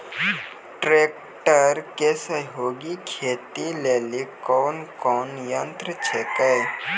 Tractor के सहयोगी खेती लेली कोन कोन यंत्र छेकै?